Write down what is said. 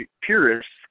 purists